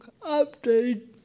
Update